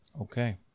Okay